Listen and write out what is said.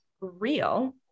real